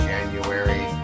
January